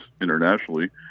internationally